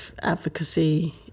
advocacy